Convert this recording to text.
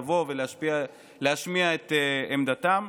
לבוא ולהשמיע את עמדתם.